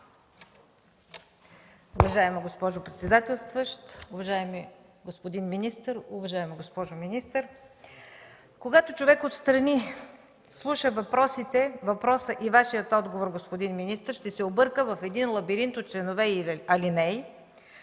слуша въпроса и Вашия отговор, господин министър, ще се обърка в един лабиринт от членове и алинеи,